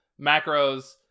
macros